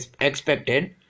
expected